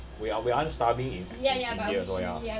we aren't we aren't starving in in india so ya